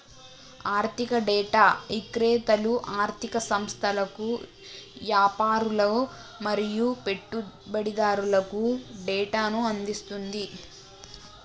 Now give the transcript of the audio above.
ఆర్ధిక డేటా ఇక్రేతలు ఆర్ధిక సంస్థలకు, యాపారులు మరియు పెట్టుబడిదారులకు డేటాను అందిస్తుంది